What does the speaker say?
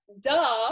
duh